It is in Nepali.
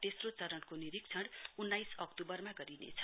तोस्रो चरणको निरीक्षण उन्नाइस अक्ट्रवरमा गरिनेछ